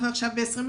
אנחנו עכשיו ב-2020,